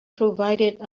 provided